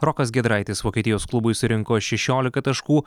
rokas giedraitis vokietijos klubui surinko šešiolika taškų